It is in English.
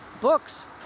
books